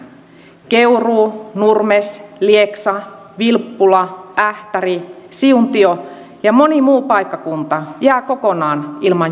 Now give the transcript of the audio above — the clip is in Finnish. keuruu nurmes lieksa vilppula ähtäri siuntio ja moni muu paikkakunta jää kokonaan ilman junayhteyttä